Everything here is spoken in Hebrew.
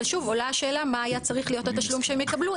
אבל שוב עולה השאלה: מה היה צריך להיות התשלום שהם יקבלו,